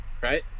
Right